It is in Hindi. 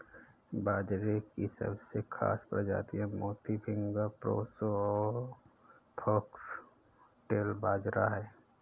बाजरे की सबसे खास प्रजातियाँ मोती, फिंगर, प्रोसो और फोक्सटेल बाजरा है